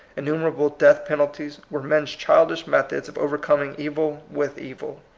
innumerable death pen alties, were men's childish methods of overcoming evil with evil.